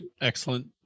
Excellent